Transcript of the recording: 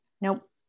Nope